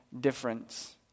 difference